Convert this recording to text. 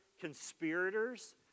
conspirators